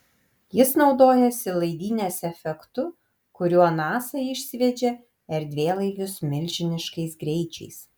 jis naudojasi laidynės efektu kuriuo nasa išsviedžia erdvėlaivius milžiniškais greičiais